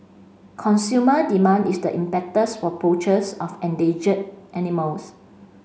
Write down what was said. consumer demand is the impetus for poachers of endangered animals